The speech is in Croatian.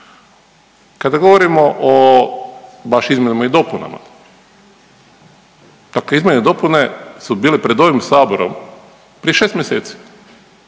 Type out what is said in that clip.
Kada govorimo o baš izmjenama i dopunama, dakle izmjene i dopune su bile pred ovim saborom prije 6 mjeseci